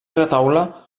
retaule